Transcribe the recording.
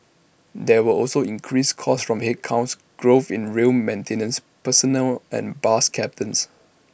there were also increased costs from headcount growth in rail maintenance personnel and bus captains